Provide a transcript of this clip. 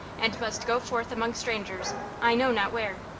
and must go forth among strangers i know not where.